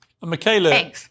Michaela